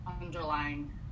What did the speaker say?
underlying